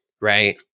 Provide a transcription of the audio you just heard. right